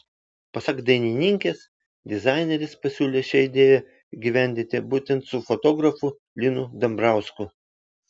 pasak dainininkės dizaineris pasiūlė šią idėją įgyvendinti būtent su fotografu linu dambrausku